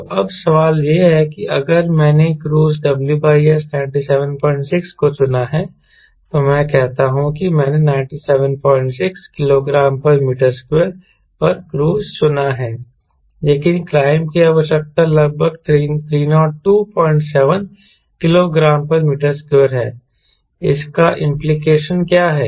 तो अब सवाल यह है कि अगर मैंने क्रूज़ WS 976 को चुना है तो मैं कहता हूं कि मैंने 976 976 kgm2 पर क्रूज़ चुना है लेकिन क्लाइंब की आवश्यकता लगभग 3027 kgm2 है इसका इंप्लीकेशन क्या है